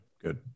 Good